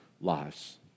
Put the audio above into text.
lives